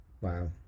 wow